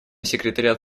секретариат